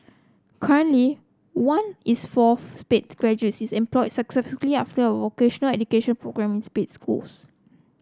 currently one is four Sped graduates is employed successfully after vocational education programmes in Sped schools